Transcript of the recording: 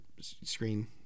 screen